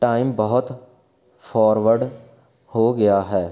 time ਬਹੁਤ forward ਹੋ ਗਿਆ ਹੈ